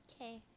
Okay